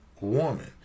woman